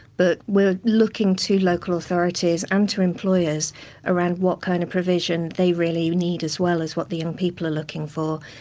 but we're looking to local authorities and to employers around what kind of provision they really need, as well as what the young people are looking for.